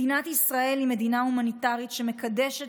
מדינת ישראל היא מדינה הומניטרית שמקדשת